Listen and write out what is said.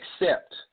accept